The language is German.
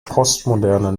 postmoderne